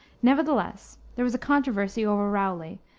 nevertheless there was a controversy over rowley,